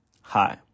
Hi